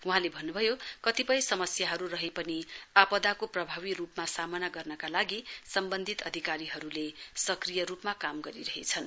वहाँले भन्नु भयो कतिपय समस्याहरू रहे पनि आपदाको प्रभावी रूपमा सामना गर्नका लागि सम्बन्धित अधिकारीहरूले सक्रिय रूपमा काम गरिरहेछन्